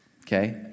Okay